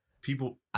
People